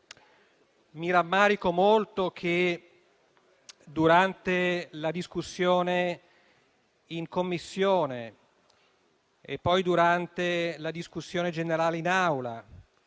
mi rammarico molto che, durante la discussione in Commissione, poi durante la discussione generale in Aula